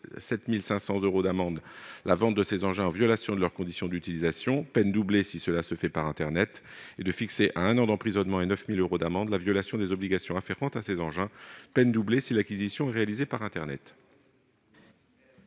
7 500 euros d'amende la vente de ces engins en violation de leur condition d'utilisation, peine doublée si cela est fait par internet, et de fixer à un an d'emprisonnement et à 9 000 euros d'amende la violation des obligations afférentes à ces engins, peine doublée si l'acquisition est réalisée par internet.